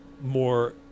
more